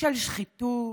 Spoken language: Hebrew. של שחיתות,